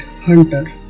Hunter